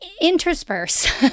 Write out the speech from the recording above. intersperse